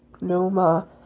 Noma